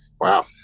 Wow